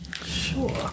Sure